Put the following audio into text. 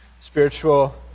Spiritual